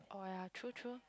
oh yeah true true